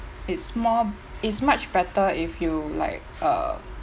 it's more it's much better if you like uh